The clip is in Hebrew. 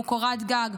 והוא קורת גג.